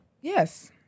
Yes